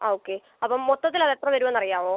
ആ ഓക്കെ അപ്പം മൊത്തത്തിൽ എത്ര വരുവെന്ന് അറിയാമോ